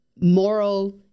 moral